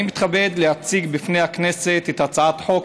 אני מתכבד להציג בפני הכנסת את הצעת חוק